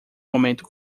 momento